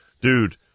dude